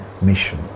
mission